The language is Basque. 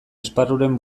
esparruren